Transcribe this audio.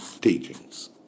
teachings